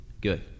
Good